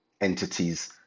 entities